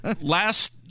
Last